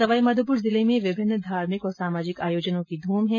सवाई माधोपुर जिले में विभिन्न धार्मिक और सामाजिक आयोजनों की धूम है